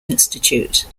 institute